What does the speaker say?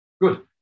Good